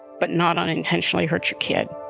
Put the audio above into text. but not unintentionally hurt your kid